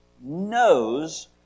knows